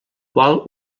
qual